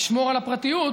לשמור על הפרטיות,